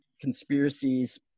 conspiracies